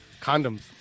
Condoms